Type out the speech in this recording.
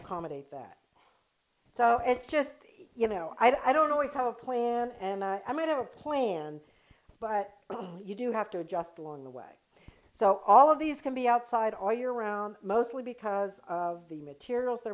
accommodate that so it's just you know i don't always have a plan and i don't plan but you do have to adjust along the way so all of these can be outside all year round mostly because of the materials that